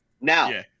Now